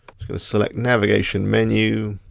just select navigation menu,